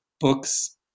Books